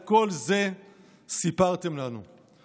את כל זה סיפרתם לנו.